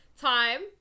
Time